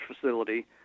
facility